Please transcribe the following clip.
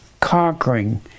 conquering